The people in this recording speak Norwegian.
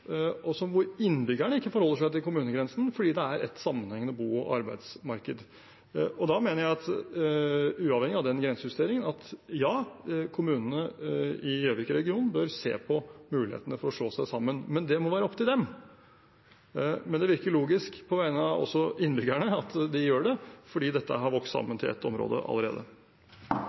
og der innbyggerne ikke forholder seg til kommunegrensen fordi det er et sammenhengende bo- og arbeidsmarked. Jeg mener, uavhengig av den grensejusteringen, at kommunene i Gjøvikregionen bør se på mulighetene for å slå seg sammen. Det må være opp til dem, men det virker logisk på vegne av innbyggerne at de gjør det, for dette har vokst sammen til ett område allerede.